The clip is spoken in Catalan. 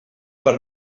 per